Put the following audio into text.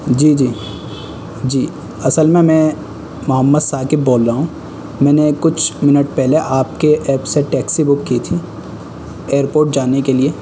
جی جی جی اصل میں میں محمد ثاقب بول رہا ہوں میں نے کچھ منٹ پہلے آپ کے ایپ سے ٹیکسی بک کی تھی ائیرپوٹ جانے کے لیے